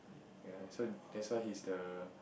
ya so that's why he's the